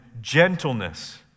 gentleness